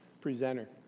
presenter